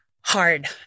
hard